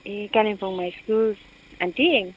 ए कालिम्पोङमा schools aunty